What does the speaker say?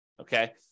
okay